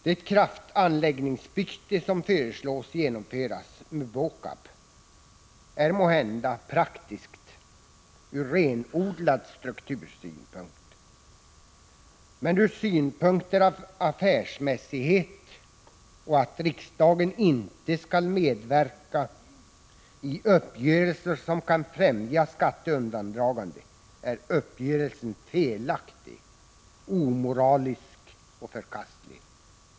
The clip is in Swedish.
Det kraftanläggningsbyte som föreslås genomföras med BÅKAB är måhända praktiskt ur renodlad struktursynpunkt. Men i perspektivet av affärsmässighet och att riksdagen inte skall medverka i uppgörelser som kan främja skatteundandragande är uppgörelsen felaktig, omoralisk och förkastlig.